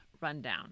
rundown